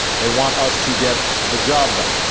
they want us to get the job done.